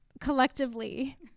collectively